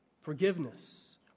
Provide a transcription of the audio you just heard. forgiveness